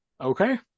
Okay